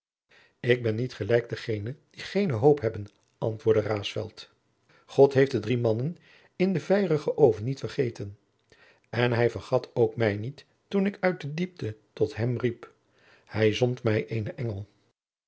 ik ben niet gelijk degene die geene hoop hebben antwoordde raesfelt god heeft de drie mannen in den vijerigen oven niet vergeten en hij vergat ook mij niet toen ik uit de diepte tot hem riep hij zond mij eenen engel